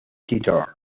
theater